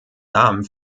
namen